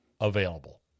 available